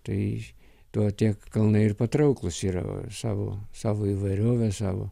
tai tuo tie kalnai ir patrauklūs yra va savo savo įvairove savo